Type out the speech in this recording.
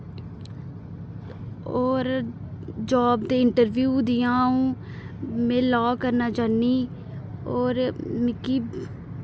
और जाब ते इंटरव्यू दियां अ'ऊं में लाह् करना चाह्न्नी और मिकी